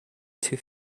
two